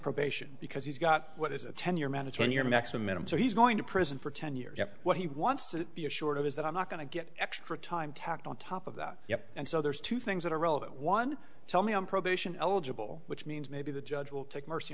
probation because he's got what is a ten year man to turn your maximum so he's going to prison for ten years what he wants to be assured of is that i'm not going to get extra time tacked on top of that yet and so there's two things that are relevant one tell me on probation eligible which means maybe the judge will take mercy